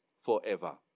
forever